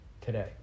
today